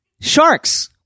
Sharks